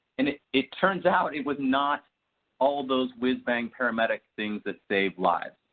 and it it turns out it was not all of those wiz bang paramedic things that save lives.